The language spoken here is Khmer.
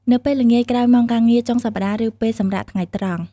នៅពេលល្ងាចក្រោយម៉ោងការងារ ចុងសប្តាហ៍ ឬពេលសម្រាកថ្ងៃត្រង់។